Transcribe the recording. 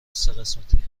سهقسمتی